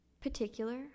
particular